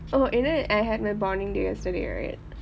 oh you know I had my bonding day yesterday right